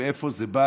מאיפה זה בא,